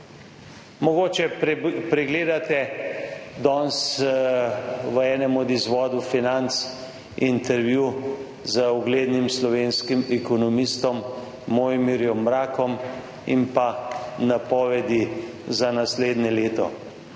Mogoče pregledate danes v enem od izvodov Financ intervju z uglednim slovenskim ekonomistom Mojmirjem Mrakom in pa napovedi za naslednje leto.